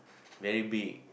very big